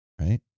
Right